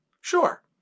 Sure